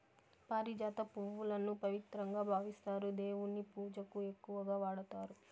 పారిజాత పువ్వులను పవిత్రంగా భావిస్తారు, దేవుని పూజకు ఎక్కువగా వాడతారు